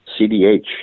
CDH